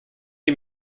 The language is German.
die